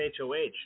HOH